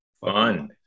Fun